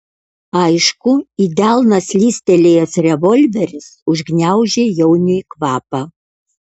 aišku į delną slystelėjęs revolveris užgniaužė jauniui kvapą